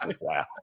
Wow